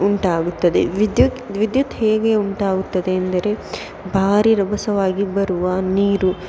ಉಂಟಾಗುತ್ತದೆ ವಿದ್ಯುತ್ ವಿದ್ಯುತ್ ಹೇಗೆ ಉಂಟಾಗುತ್ತದೆ ಎಂದರೆ ಭಾರಿ ರಭಸವಾಗಿ ಬರುವ ನೀರು